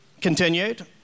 continued